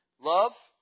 Love